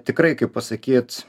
tikrai kaip pasakyt